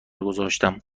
گذاشتم